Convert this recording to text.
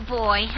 boy